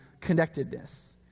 connectedness